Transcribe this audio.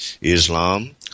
Islam